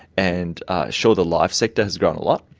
and sure, the live sector has grown a lot,